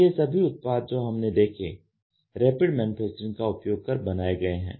तो यह सभी उत्पाद जो हमने देखे रैपिड मैन्युफैक्चरिंग का उपयोग कर बनाए गए हैं